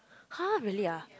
!huh! really ah